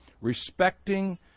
Respecting